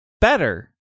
better